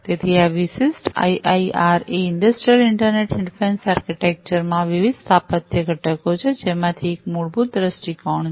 તેથી આ વિશિષ્ટ IIRA industrial internet difference architecture માં વિવિધ સ્થાપત્ય ઘટકો છે જેમાંથી એક મૂળભૂત દૃષ્ટિકોણ છે